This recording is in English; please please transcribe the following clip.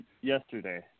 yesterday